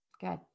Good